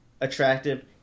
attractive